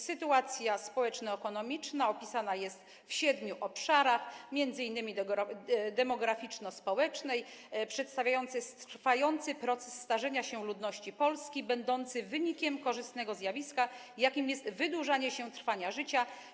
Sytuacja społeczno-ekonomiczna opisana jest w siedmiu obszarach, m.in. demograficzno-społecznym przedstawiającym trwający proces starzenia się ludności Polski, będący wynikiem korzystnego zjawiska, jakim jest wydłużanie się czasu trwania życia.